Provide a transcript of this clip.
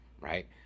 Right